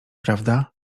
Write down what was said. prawda